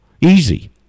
Easy